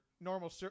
normal